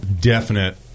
definite